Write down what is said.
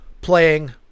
playing